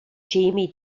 jamie